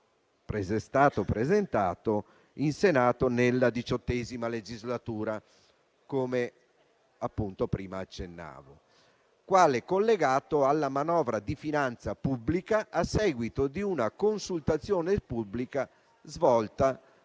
già stato presentato in Senato nella XVIII legislatura, come prima accennavo, quale collegato alla manovra di finanza pubblica, a seguito di una consultazione pubblica svolta